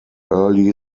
early